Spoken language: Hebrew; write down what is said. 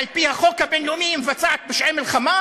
שעל-פי החוק הבין-לאומי מבצעת פשעי מלחמה?